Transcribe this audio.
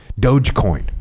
Dogecoin